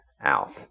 out